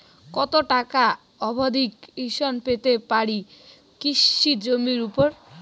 কত টাকা অবধি ঋণ পেতে পারি কৃষি জমির উপর?